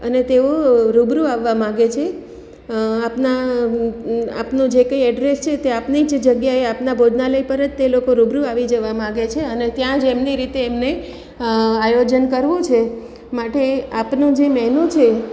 અને તેઓ રૂબરૂ આવવા માગે છે આપના આપનું જે કંઇ એડ્રેસ છે તે આપની જ જગ્યાએ આપનાં ભોજનાલય પર જ તે લોકો રૂબરૂ આવી જવા માગે છે અને ત્યાં જ એમની રીતે એમને આયોજન કરવું છે માટે આપનું જે મેનૂ છે